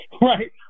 right